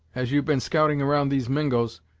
as you've been scouting around these mingos,